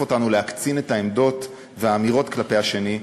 אותנו להקצין את העמדות והאמירות האחד כלפי השני,